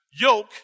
yoke